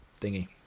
thingy